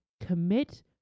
commit